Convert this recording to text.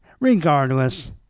Regardless